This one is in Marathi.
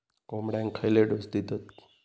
कोंबड्यांक खयले डोस दितत?